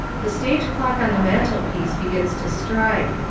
the stage clock on the mantelpiece begins to strike.